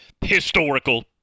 historical